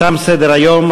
תם סדר-היום.